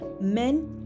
men